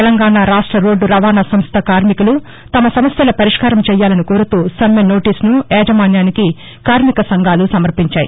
తెలంగాణ రాష్ట రోడ్టు రవాణా సంస్థ కార్మికులు తమ సమస్యల పరిష్కారం చేయాలని కోరుతూ సమ్మె నోటీస్ను యాజమాన్యానికి కార్మిక సంఘాలు సమర్పించాయి